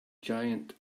giant